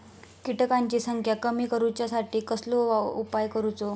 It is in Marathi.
किटकांची संख्या कमी करुच्यासाठी कसलो उपाय करूचो?